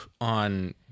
on